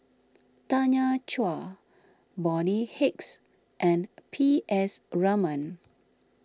Tanya Chua Bonny Hicks and P S Raman